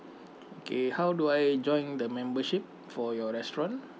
okay how do I join the membership for your restaurant